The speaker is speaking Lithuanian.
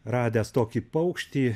radęs tokį paukštį